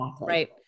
Right